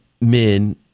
men